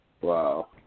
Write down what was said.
Wow